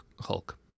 Hulk